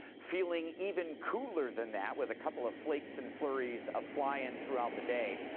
feeling even cooler than that, with couple of flakes and flurries a-flying throughout the day.